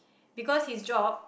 because his job